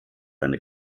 eine